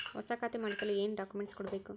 ಹೊಸ ಖಾತೆ ಮಾಡಿಸಲು ಏನು ಡಾಕುಮೆಂಟ್ಸ್ ಕೊಡಬೇಕು?